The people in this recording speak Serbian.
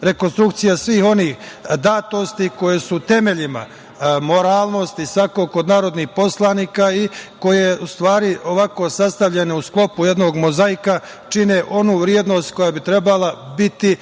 rekonstrukcija svih onih datosti koje su u temeljima moralnosti svakog od narodnih poslanika i koje u stvari ovako sastavljene u sklopu jednog mozaika čine onu vrednost koja bi trebala biti